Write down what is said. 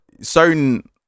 certain